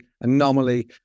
anomaly